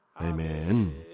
Amen